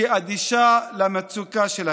שאדישה למצוקה שלהם.